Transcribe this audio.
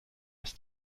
ist